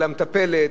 או למטפלת,